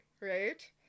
Right